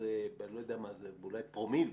שזה אולי פרומיל.